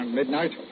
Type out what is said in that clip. midnight